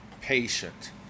patient